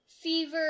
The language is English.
fever